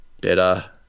better